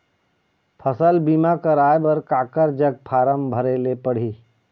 फसल बीमा कराए बर काकर जग फारम भरेले पड़ही?